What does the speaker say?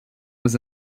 was